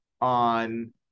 on